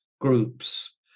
groups